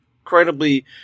incredibly